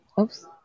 Oops